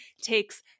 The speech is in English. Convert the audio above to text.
takes